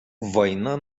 война